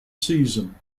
season